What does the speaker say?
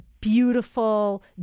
beautiful